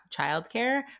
childcare